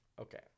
Okay